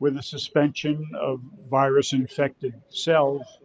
with a suspension of virus infected cells,